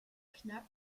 knapp